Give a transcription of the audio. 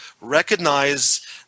recognize